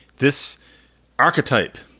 this archetype,